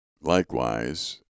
Likewise